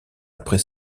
après